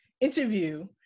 interview